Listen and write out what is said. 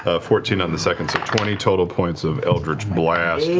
ah fourteen on the second. so twenty total points of eldritch blast